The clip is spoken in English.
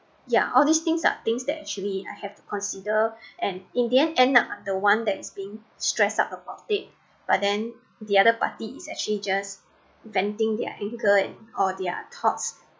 ya all these things are things that actually I have to consider and in the end ended up I'm the one that is being stressed out about it but then the other parties is actually just venting their anger or their thoughts